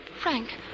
Frank